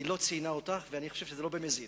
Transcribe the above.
היא לא ציינה אותך, ואני חושב שזה לא במזיד.